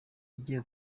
yagiye